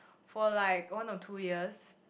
for like one or two years